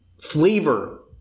flavor –